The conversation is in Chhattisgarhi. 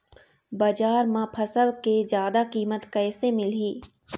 बजार म फसल के जादा कीमत कैसे मिलही?